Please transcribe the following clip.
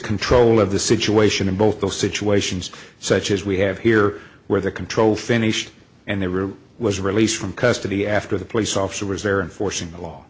control of the situation in both those situations such as we have here where the control finished and they were was released from custody after the police officer was there and forcing the law